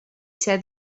set